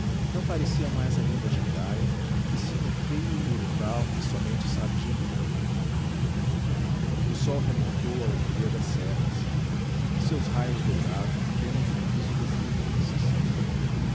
não parecia mais a linda jandaia e sim o feio urutau que somente sabe gemer o sol remontou a umbria das serras seus raios douravam apenas o viso das eminências